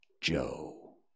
Joe